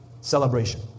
celebration